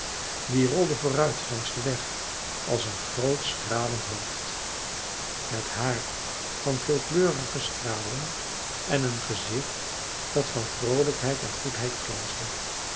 die rolde vooruit langs den weg als een groot stralend hoofd met haar van veelkleurige stralen en een gezicht dat van vroolijkheid en goedheid glansde